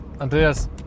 Andreas